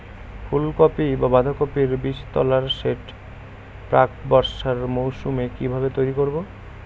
ফুলকপি বা বাঁধাকপির বীজতলার সেট প্রাক বর্ষার মৌসুমে কিভাবে তৈরি করব?